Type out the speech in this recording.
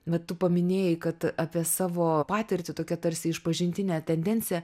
vat tu paminėjai kad apie savo patirtį tokia tarsi išpažintinė tendencija